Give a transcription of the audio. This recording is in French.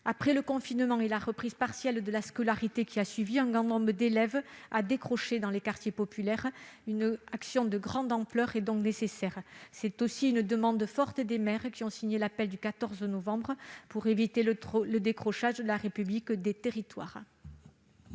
Après le confinement et la reprise partielle de la scolarité qui a suivi, un grand nombre d'élèves a décroché dans les quartiers populaires. Une action de grande ampleur est donc nécessaire, comme le demandent avec insistance les maires qui ont signé l'appel du 14 novembre pour éviter le décrochage de la République dans ces territoires.